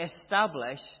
established